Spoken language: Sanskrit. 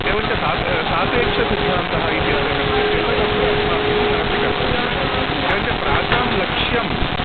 एवञ्च सापि सापेक्षसिद्धान्तः इति यत्र कथ्यते तदत्र अस्माभिः मनसि कर्तव्यम् एवञ्च प्राचां लक्ष्यं